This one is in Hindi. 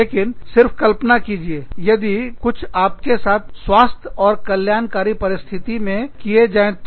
लेकिन सिर्फ कल्पना कीजिए यदि कुछ आपके साथ स्वास्थ्य और कल्याणकारी परिस्थिति में किया जाए तो